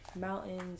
mountains